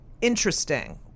interesting